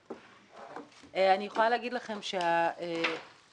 אני יכולה להגיד לכם שההסתכלות